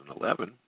2011